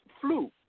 flu